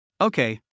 Okay